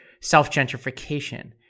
self-gentrification